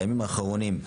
בימים האחרונים,